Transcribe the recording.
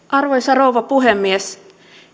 arvoisa rouva puhemies